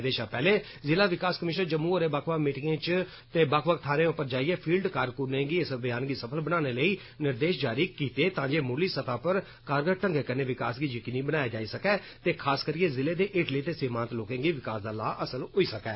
एहदे शा पैहले जिला विकास कमीश्नर जम्मू होरें बक्ख बक्ख मीटिंगें च ते बक्ख बक्ख थ्हारें उप्पर जाइयै फिल्ड कारकूनें गी इस अभियान गी सफल बनाने लेई निर्देश जारी कीते तां जे मुंडली स्तह उप्पर कारगर ढंगै कन्नै विकास गी यकीनी बनाया जाई सकै ते खास करियै जिले दे हेठली ते सीमान्त लोकें गी विकास दा लाह् हासल होई सकै